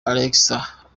alexander